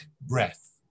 breath